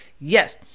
Yes